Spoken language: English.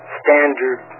standard